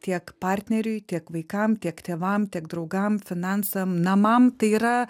tiek partneriui tiek vaikam tiek tėvam tiek draugam finansam namam tai yra